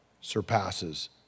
surpasses